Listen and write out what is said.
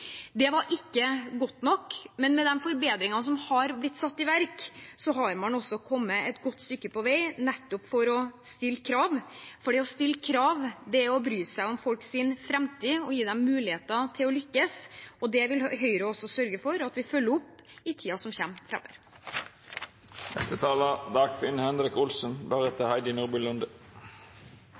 Det var ikke godt nok, men med de forbedringene som har blitt satt i verk, har man også kommet et godt stykke på vei for nettopp å stille krav, for det å stille krav er å bry seg om folks framtid og gi dem muligheter til å lykkes. Det vil Høyre også sørge for at vi følger opp i tiden som